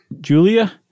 Julia